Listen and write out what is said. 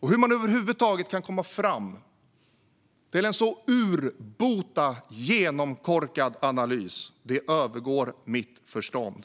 Hur man över huvud taget kan komma fram till en sådan urbota genomkorkad analys övergår mitt förstånd.